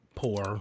poor